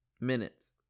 Minutes